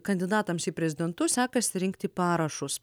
kandidatams į prezidentus sekasi rinkti parašus